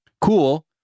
cool